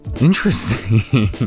interesting